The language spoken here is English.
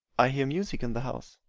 i hear music in the house.